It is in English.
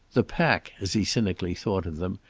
the pack, as he cynically thought of them,